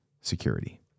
security